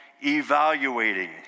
evaluating